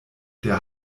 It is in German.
der